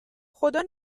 خدا